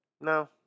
No